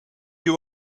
you